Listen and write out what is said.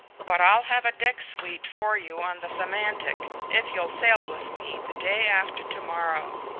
but i'll have a deck suite for you on the semantic if you'll sail with me the day after to-morrow.